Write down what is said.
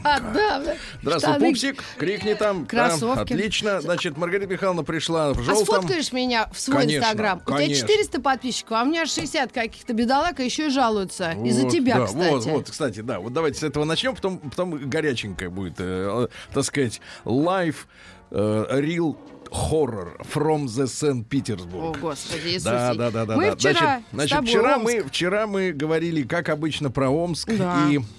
Да. Здравствуй, Штаны. пупсик. Крикни там. Да, Кроссовки. отлично. Значит, Маргарита Михайловна пришла в А желтом. сфоткаешь меня в свой Конечно, Инстаграм? У тебя конечно. 400 подписчиков, а у меня 60 каких-то бедолаг, а еще и жалуются. Из-за Вот, тебя, да. Вот, кстати. вот, кстати, да. Вот давайте с этого начнем, потом- потом горяченькое будет, э, э, так сказать, life, э, real horror from the St. Petersburg. О, Господи, Да, Иисусе. да, да, да, Мы да. Значит, вчера с значит, тобой, вчера мы- Омск. вчера мы говорили, как обычно, про Омск Да. и,